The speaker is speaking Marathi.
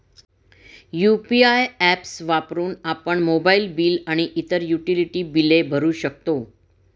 यु.पी.आय ऍप्स वापरून आपण मोबाइल बिल आणि इतर युटिलिटी बिले भरू शकतो